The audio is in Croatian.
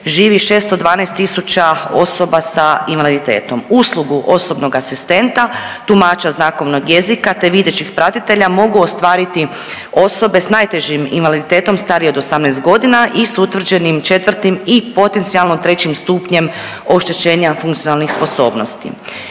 živi 612 tisuća osoba sa invaliditetom, uslugu osobnog asistenta, tumača znakovnog jezika, te videćih pratitelja mogu ostvariti osobe s najtežim invaliditetom starije od 18.g. i s utvrđenim 4. i potencijalno 3. stupnjem oštećenja funkcionalnih sposobnosti.